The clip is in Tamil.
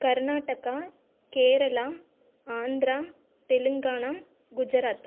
கர்நாடகா கேரளா ஆந்திரா தெலுங்கானா குஜராத்